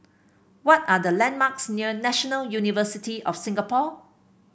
what are the landmarks near National University of Singapore